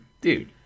Dude